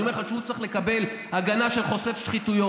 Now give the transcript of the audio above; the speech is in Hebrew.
אני אומר לך שהוא צריך לקבל הגנה של חושף שחיתויות.